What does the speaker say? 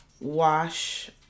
wash